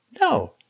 No